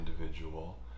individual